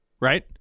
right